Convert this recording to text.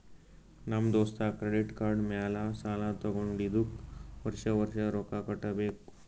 ನಮ್ ದೋಸ್ತ credit card ಮ್ಯಾಲ ಸಾಲಾ ತಗೊಂಡಿದುಕ್ ವರ್ಷ ವರ್ಷ ರೊಕ್ಕಾ ಕಟ್ಟಬೇಕ್